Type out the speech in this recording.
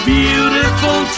beautiful